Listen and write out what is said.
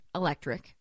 electric